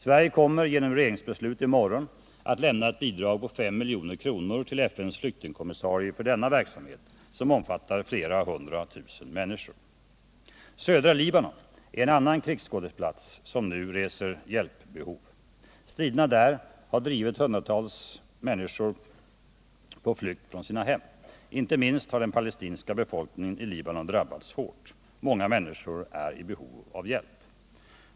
Sverige kommer genom regeringsbeslut i morgon att lämna ett bidrag på 5 milj.kr. till FN:s flyktingkommissarie för denna verksamhet som omfattar flera hundra tusen människor. Södra Libanon är en annan krigsskådeplats som nu reser hjälpbehov. Striderna där har drivit hundratusentals människor på flykt från sina hem. Inte minst har den palestinska befolkningen i Libanon drabbats hårt. Många människor är i behov av hjälp.